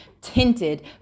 tinted